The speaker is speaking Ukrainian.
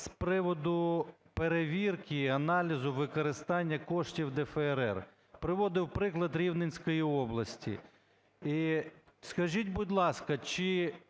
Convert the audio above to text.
з приводу перевірки і аналізу використання коштів ДФРР, приводив приклад Рівненської області. І скажіть, будь ласка, чи